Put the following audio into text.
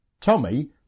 Tommy